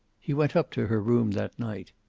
he went up to her room that night.